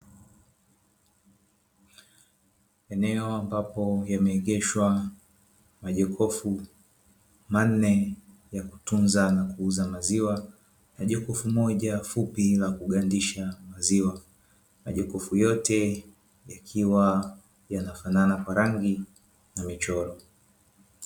Eneo ambapo yameegeshwa majokofu manne ya kutunza na kuuza maziwa na jokofu moja fupi la kugandisha maziwa, majokofu yote yakiwa yanafanana kwa rangi na michoro.